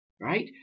Right